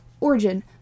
origin